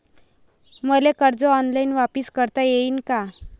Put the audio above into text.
मले कर्ज ऑनलाईन वापिस करता येईन का?